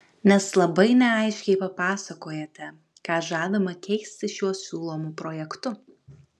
nes labai neaiškiai papasakojote ką žadama keisti šiuo siūlomu projektu